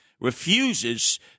refuses